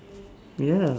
ya